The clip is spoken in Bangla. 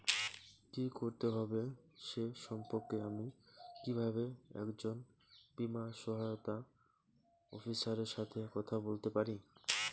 কী করতে হবে সে সম্পর্কে আমি কীভাবে একজন বীমা সহায়তা অফিসারের সাথে কথা বলতে পারি?